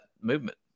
movement